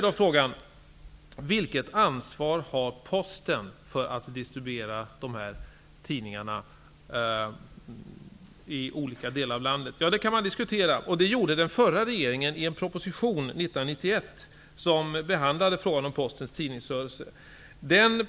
Det kan man diskutera, och det gjorde den förra regeringen i en proposition som lades fram 1991. Där behandlades frågan om Postens tidningsrörelse.